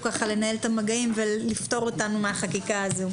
לנהל את המגעים ולפטור אותנו מהחקיקה הזו.